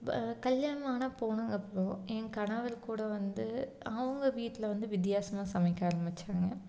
but கல்யாணம் ஆனால் போனதுக்கு அப்புறோம் என் கணவர் கூட வந்து அவங்க வீட்டில் வந்து வித்தியாசமாக சமைக்க ஆரம்பிச்சாங்க